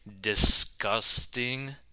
disgusting